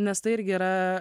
nes tai irgi yra